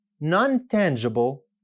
non-tangible